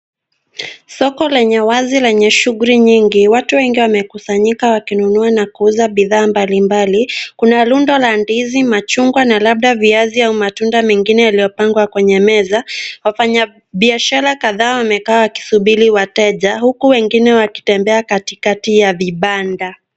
Soko lenye uwazi lenye shughuli nyingi. Watu wengi wamekusanyika wakinunua na kuuza bidhaa mbalimbali. Kuna rundo la ndizi, machungwa na labda viazi au matunda mengine yaliyopangwa kwenye meza. Wafanyabiashara kadhaa wamekaa wakisubiri wateja huku wengine wakitembea katikati ya vibanda.